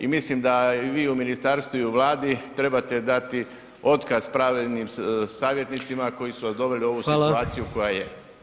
I mislim da i vi u ministarstvu i u Vladi trebate dati otkaz pravnim savjetnicima koji su vas doveli u ovi situaciju koja je.